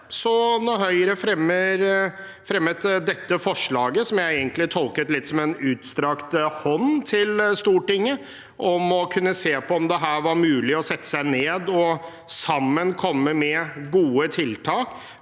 Da Høyre fremmet dette representantforslaget, tolket jeg det egentlig litt som en utstrakt hånd til Stortinget om å kunne se på om det her var mulig å sette seg ned og sammen komme med gode tiltak